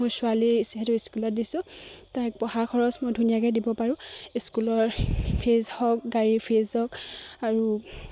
মোৰ ছোৱালী যিহেতু স্কুলত দিছোঁ তাইক পঢ়া খৰচ মই ধুনীয়াকে দিব পাৰোঁ স্কুলৰ ফিজ হওক গাড়ীৰ ফিজ হওক আৰু